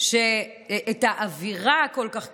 את האווירה הכל כך קשה,